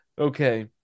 Okay